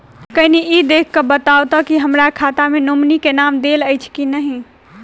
कनि ई देख कऽ बताऊ तऽ की हमरा खाता मे नॉमनी केँ नाम देल अछि की नहि?